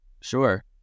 Sure